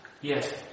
Yes